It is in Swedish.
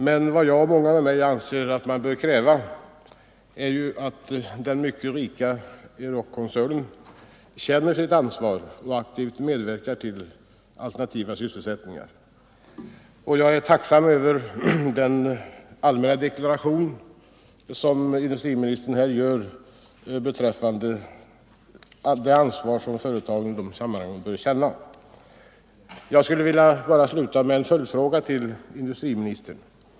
Men vad jag och många med mig anser att man bör kunna kräva är att den mycket rika Euroc-koncernen känner sitt ansvar och aktivt medverkar till att skaffa alternativa sysselsättningar. Jag är tacksam över den allmänna deklaration som industriministern gör i svaret beträffande det ansvar som företagen i sådana sammanhang bör känna. Jag vill avslutningsvis bara ställa en följdfråga till industriministern.